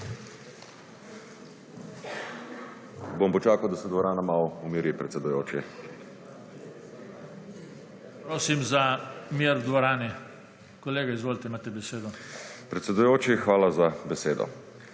Hvala za besedo.